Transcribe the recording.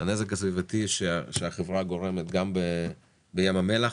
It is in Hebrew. שהחברה גורמת לים המלח.